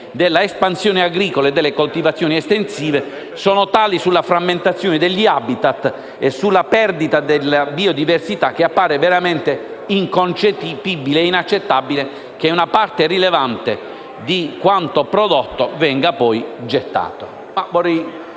dell'espansione agricola e delle coltivazioni estensive sulla frammentazione degli *habitat* e sulla perdita della biodiversità sono tali che appare veramente inconcepibile e inaccettabile che una parte rilevante di quanto prodotto venga poi gettato.